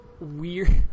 weird